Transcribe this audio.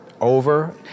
over